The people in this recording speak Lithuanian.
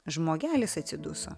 žmogelis atsiduso